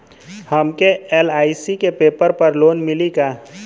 हमके एल.आई.सी के पेपर पर लोन मिली का?